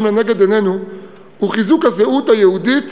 לנגד עינינו הוא חיזוק הזהות היהודית,